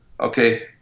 okay